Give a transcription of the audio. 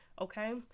okay